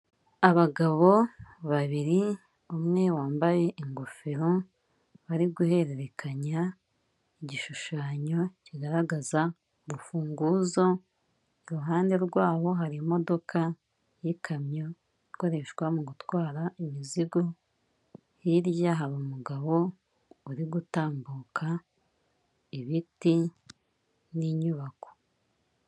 Abagabo babiri umwe wambaye ingofero bari guhererekanya igishushanyo kigaragaza urufunguzo, iruhande rwabo hari imodoka y'ikamyo ikoreshwa mu gutwara imizigo, hirya hari umugabo uri gutambuka ibiti n'inyubako.